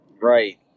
Right